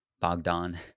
Bogdan